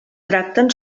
tracten